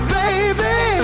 baby